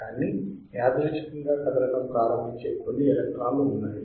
కానీ యాదృచ్ఛికంగా కదలడం ప్రారంభించే కొన్ని ఎలక్ట్రాన్లు ఉన్నాయి